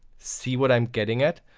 see what i'm getting at?